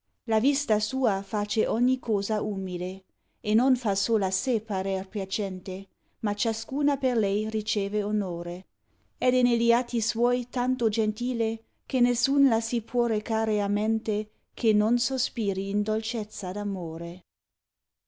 la vista sua face ogni cosa umile non fa sola se parer piacente ma ciascuna per lei riceve onore ed è negli atti saoi tanto gentile che nessun la si può recare a mente che non sospiri in dolcezza